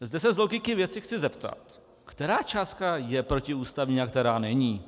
Zde se z logiky věci chci zeptat, která částka je protiústavní a která není.